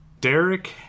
Derek